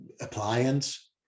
appliance